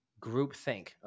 groupthink